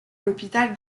l’hôpital